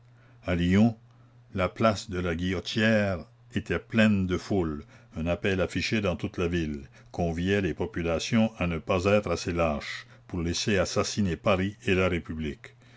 lyon la place de la guillotière était pleine de foule un appel affiché dans toute la ville conviait les populations à ne pas être assez lâches pour laisser assassiner paris et la république